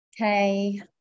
Okay